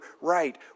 right